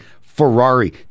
Ferrari